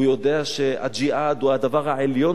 הוא יודע שהג'יהאד הוא הדבר העליון